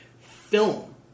film